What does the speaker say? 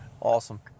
Awesome